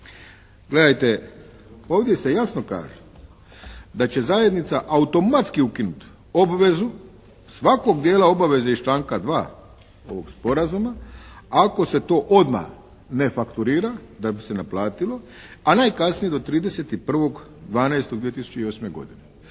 Gledajte ovdje se jasno kaže da će zajednica automatski ukinuti obvezu svakog dijela obaveze iz članka 2. ovog sporazuma ako se to odmah ne fakturira da bi se naplatilo, a najkasnije do 31.12.2008. godine.